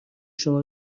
شما